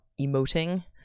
emoting